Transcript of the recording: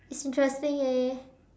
it's interesting eh